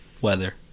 weather